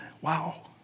Wow